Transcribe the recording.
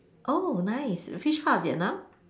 oh nice which part of Vietnam